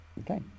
Okay